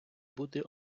бути